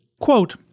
Quote